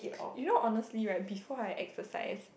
you know honestly right before I exercise